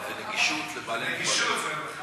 אבל זו נגישות לאנשים עם,